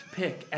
pick